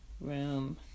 room